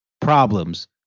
problems